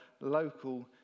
local